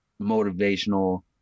motivational